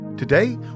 Today